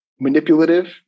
manipulative